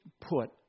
put